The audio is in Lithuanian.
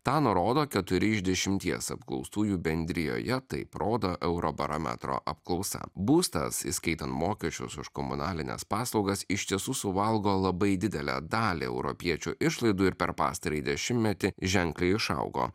tą nurodo keturi iš dešimties apklaustųjų bendrijoje taip rodo eurobarometro apklausa būstas įskaitant mokesčius už komunalines paslaugas iš tiesų suvalgo labai didelę dalį europiečių išlaidų ir per pastarąjį dešimtmetį ženkliai išaugo